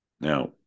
Now